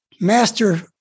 master